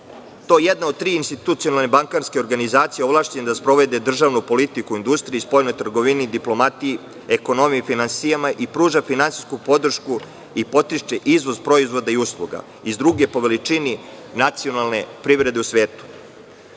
je to jedna od tri institucionalne bankarske organizacije, ovlašćena da sprovede državnu politiku u industriji, spoljnoj trgovini, diplomatiji, ekonomiji, finansijama i pruža finansijsku podršku i podstiče izvoz proizvoda i usluga iz druge po veličini nacionalne privrede u svetu.U